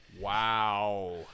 Wow